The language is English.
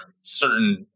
certain